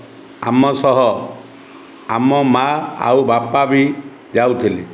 ଆମ ସହ ଆମ ମା' ଆଉ ବାପା ବି ଯାଉଥିଲେ